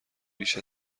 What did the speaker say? بیش